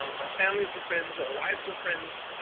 um our families were friends, our wives were friends.